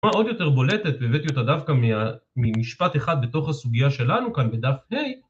עוד יותר בולטת, והבאתי אותה דווקא ממשפט אחד בתוך הסוגיה שלנו כאן בדף ה